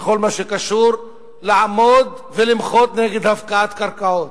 בכל מה שקשור ללעמוד ולמחות נגד הפקעת קרקעות.